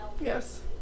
Yes